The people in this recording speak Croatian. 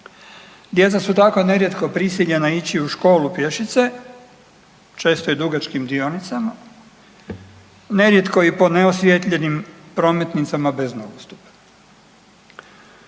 Djeca su tako nerijetko prisiljena ići u školu pješice, često i dugačkim dionicama, nerijetko i po ne osvijetljenim prometnicama bez nogostupa.